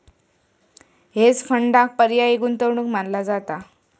hedge फंडांक पर्यायी गुंतवणूक मानला जाता